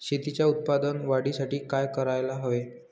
शेतीच्या उत्पादन वाढीसाठी काय करायला हवे?